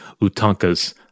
Utanka's